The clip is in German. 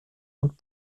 und